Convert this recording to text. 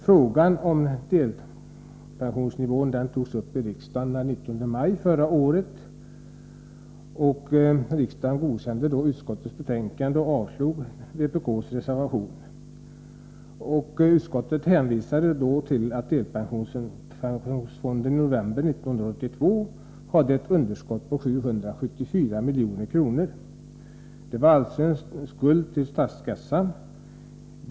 Frågan om delpensionsnivån togs upp i riksdagen den 19 maj förra året. Riksdagen godkände utskottets betänkande och avslog vpk:s reservation. Utskottet hänvisade då till att delpensionsfonden 1982 hade ett underskott på 774 milj.kr. Det var en skuld till statskassan.